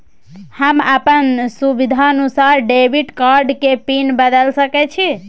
हम अपन सुविधानुसार डेबिट कार्ड के पिन बदल सके छि?